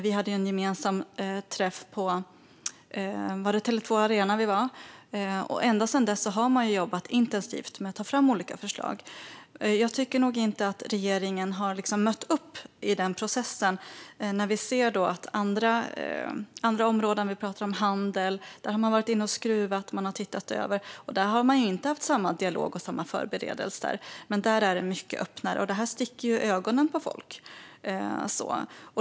Vi hade en gemensam träff på Tele2 Arena. Ända sedan dess har man jobbat intensivt med att ta fram olika förslag. Jag tycker nog inte att regeringen har mött upp i den processen när vi ser att man på andra områden, som handeln, har varit inne och skruvat och tittat över det. Där har man inte haft samma dialog och samma förberedelser. Men där är det mycket öppnare. Detta sticker i ögonen på folk.